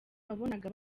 wabonaga